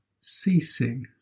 ceasing